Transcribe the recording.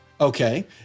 Okay